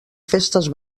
festes